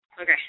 Okay